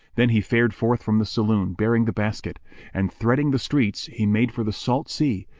then he fared forth from the saloon bearing the basket and, threading the streets, he made for the salt sea,